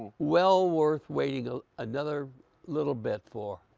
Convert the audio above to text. well worth waiting ah another little bit for.